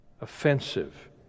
offensive